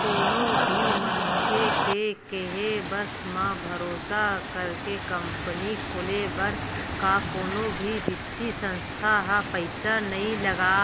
कोनो भी मनखे के केहे बस म, भरोसा करके कंपनी खोले बर का कोनो भी बित्तीय संस्था ह पइसा नइ लगा